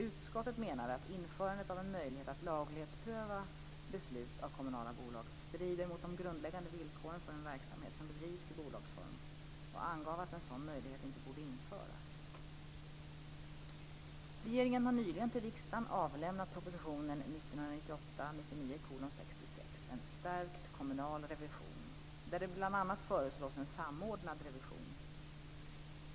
Utskottet menade att införandet av en möjlighet att laglighetspröva beslut av kommunala bolag strider mot de grundläggande villkoren för en verksamhet som bedrivs i bolagsform och angav att en sådan möjlighet inte borde införas. Regeringen har nyligen till riksdagen avlämnat propositionen 1998/99:66 En stärkt kommunal revision, där det bl.a. föreslås en samordnad revision.